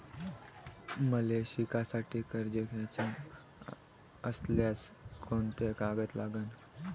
मले शिकासाठी कर्ज घ्याचं असल्यास कोंते कागद लागन?